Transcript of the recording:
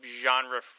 genre